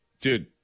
Dude